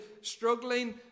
struggling